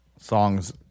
songs